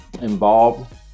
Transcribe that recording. involved